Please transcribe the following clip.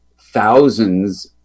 thousands